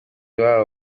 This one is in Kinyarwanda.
babo